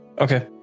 okay